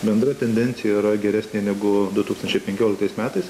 bendra tendencija yra geresnė negu du tūkstančiai penkioliktais metais